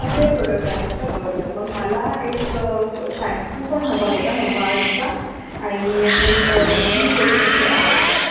सगळे प्रोडक्ट आहेत का बरं बरं मग मला एक शॅम्पू पण हवा होता ममाअर्थचा आणि एक स्कीन लोशन पण हवं होतं